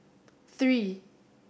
three